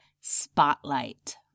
spotlight